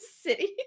city